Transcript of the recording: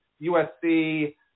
usc